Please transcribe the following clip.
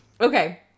Okay